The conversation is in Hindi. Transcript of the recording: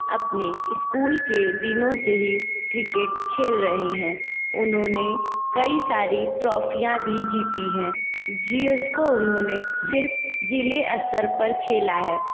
अपने स्कूल के दिनों से ही क्रिकेट खेल रहे हैं उन्होंने कई सारी ट्रॉफियां भी जीती हैं जिसको उन्होंने सिर्फ़ ज़िले स्तर पर ही खेला है